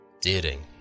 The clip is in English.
daring